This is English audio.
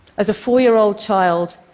as a four-year-old child,